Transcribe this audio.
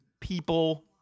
people